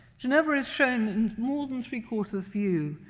ginevra is shown in more than three-quarter's view,